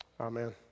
Amen